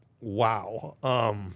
Wow